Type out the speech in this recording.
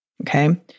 Okay